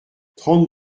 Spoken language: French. trente